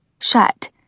Shut